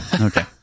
Okay